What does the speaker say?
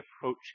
approach